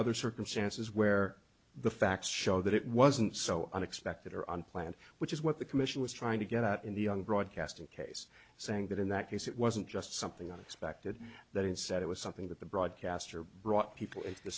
other circumstances where the facts show that it wasn't so unexpected or unplanned which is what the commission was trying to get out in the young broadcasting case saying that in that case it wasn't just something unexpected that instead it was something that the broadcaster brought people into the